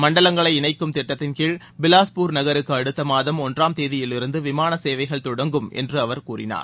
மண்டலங்களை இணைக்கும் திட்டத்தின் கீழ் பிலாஸ்பூர் நகருக்கு அடுத்த மாதம் ஒன்றாம் தேதியிலிருந்து விமான சேவைகள் தொடங்கும் என்று அவர் கூறினார்